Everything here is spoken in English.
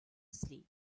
asleep